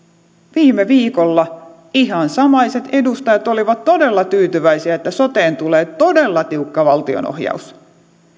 viime viikolla ihan samaiset edustajat olivat todella tyytyväisiä että soteen tulee todella tiukka valtionohjaus